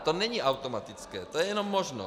To není automatické, to je jenom možnost.